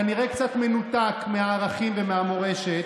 כנראה קצת מנותק מערכים ומהמורשת,